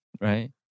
right